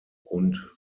und